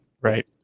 right